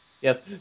Yes